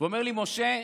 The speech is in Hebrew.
ואומר לי: משה,